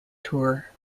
tour